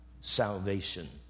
salvation